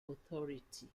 authority